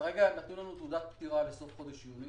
כרגע נתנו לנו תעודת פטירה לסוף חודש יוני